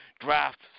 draft